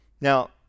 Now